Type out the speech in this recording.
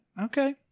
Okay